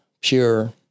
pure